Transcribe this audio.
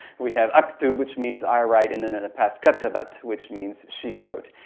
we have aktub, which means i write. and then in the past, katabat, which means she wrote.